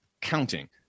counting